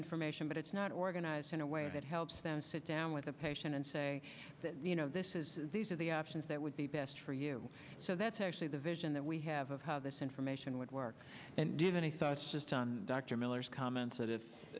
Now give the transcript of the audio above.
information but it's not organized in a way that helps them sit down with a patient and say that you know this is these are the options that would be best for you so that's actually the vision that we have of how this information would work and give any thoughts just on dr miller's comments that if